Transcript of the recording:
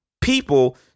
people